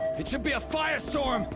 it should be a firestorm.